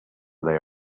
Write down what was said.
they